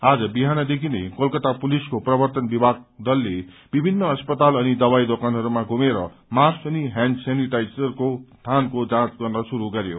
आज बिहानदेखि नै कोलकत्ता पुलिसको प्रवर्त्तन विभाग दलले विभिन्न अस्पताल अनि दवाई दोकानहरूमा घुमेर मास्क अनि हयाण्ड स्यानिटाइजरको थानको जाँच गर्न शुरू ग यो